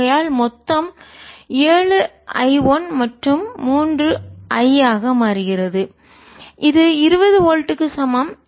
ஆகையால் மொத்தம் ஏழு I 1 மற்றும் 3 I ஆக மாறுகிறது இது 20 வோல்ட்டுக்கு சமம்